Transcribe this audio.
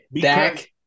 Dak